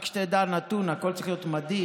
רק שתדע נתון, הכול צריך להיות מדיד,